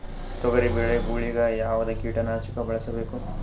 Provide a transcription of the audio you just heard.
ತೊಗರಿಬೇಳೆ ಗೊಳಿಗ ಯಾವದ ಕೀಟನಾಶಕ ಬಳಸಬೇಕು?